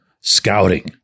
Scouting